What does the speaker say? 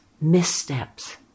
missteps